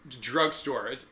Drugstore